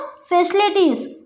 facilities